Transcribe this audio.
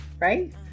right